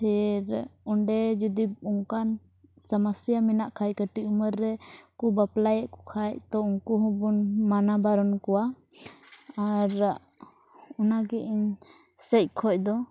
ᱯᱷᱤᱨ ᱚᱸᱰᱮ ᱡᱩᱫᱤ ᱚᱱᱠᱟᱱ ᱥᱚᱢᱚᱥᱟ ᱢᱮᱱᱟᱜ ᱠᱷᱟᱡ ᱠᱟᱹᱴᱤᱡ ᱩᱢᱮᱹᱨ ᱨᱮᱱ ᱠᱚ ᱵᱟᱯᱞᱟᱭᱮᱫ ᱠᱚ ᱠᱷᱟᱡ ᱛᱚ ᱩᱱᱠᱩ ᱦᱚᱸ ᱵᱚᱱ ᱢᱟᱱᱟ ᱵᱟᱨᱚᱱ ᱠᱚᱣᱟ ᱟᱨ ᱚᱱᱟ ᱜᱮ ᱤᱧ ᱥᱮᱡ ᱠᱷᱚᱡ ᱫᱚ